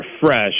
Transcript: fresh